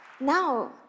Now